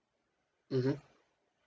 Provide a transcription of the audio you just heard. mmhmm